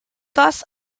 thus